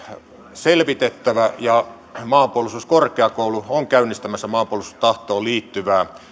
selvitettävä ja maanpuolustuskorkeakoulu on käynnistämässä maanpuolustustahtoon liittyvää